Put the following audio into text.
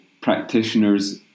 practitioners